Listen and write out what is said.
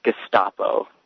Gestapo